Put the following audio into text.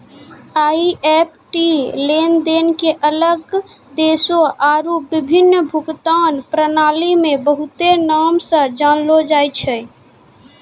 EFT लेनदेन के अलग देशो आरु विभिन्न भुगतान प्रणाली मे बहुते नाम से जानलो जाय छै